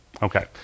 Okay